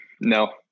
No